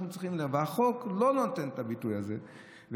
החוק לא נותן את הביטוי הזה,